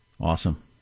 Awesome